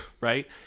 right